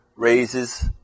Raises